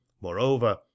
Moreover